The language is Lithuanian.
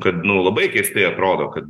kad nu labai keistai atrodo kad